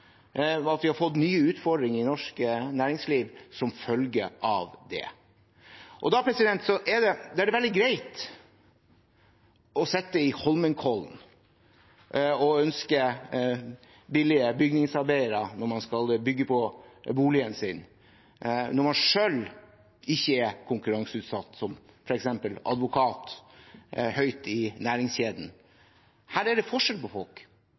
at vi har fått nye utfordringer i norsk næringsliv som følge av det. Det er veldig greit å sitte i Holmenkollen og ønske billige bygningsarbeidere når man skal bygge på boligen sin, når man selv ikke er konkurranseutsatt, som f.eks. en advokat, høyt i næringskjeden. Her er det forskjell på folk.